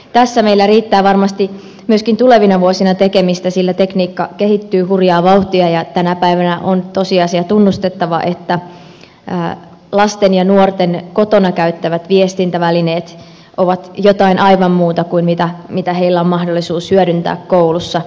tässä meillä riittää varmasti myöskin tulevina vuosina tekemistä sillä tekniikka kehittyy hurjaa vauhtia ja tänä päivänä on tunnustettava se tosiasia että lasten ja nuorten kotona käyttämät viestintävälineet ovat jotain aivan muuta kuin mitä heillä on mahdollisuus hyödyntää koulussa